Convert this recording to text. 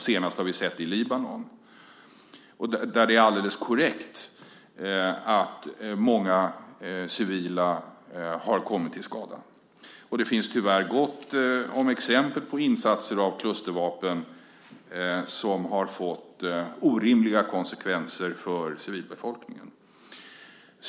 Senast har vi sett det i Libanon, där det är alldeles korrekt att många civila har kommit till skada. Det finns tyvärr gott om exempel på insatser av klustervapen som har fått orimliga konsekvenser för civilbefolkningen.